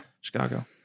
chicago